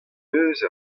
eus